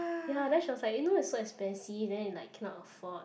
ya then she was like you know it's so expensive then it like cannot afford